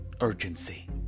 urgency